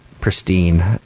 pristine